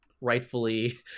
rightfully